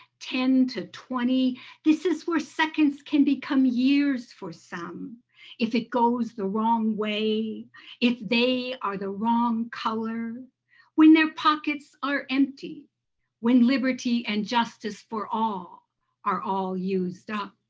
ten to twenty this is where seconds can become years for some if it goes the wrong way if they are the wrong color when their pockets are empty when liberty and justice for all are all used up.